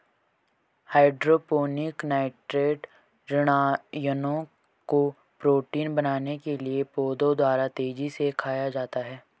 hydroponic nitrate ऋणायनों को protein बनाने के लिए पौधों द्वारा तेजी से खाया जाता है